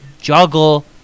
juggle